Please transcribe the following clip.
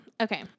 Okay